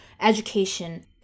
education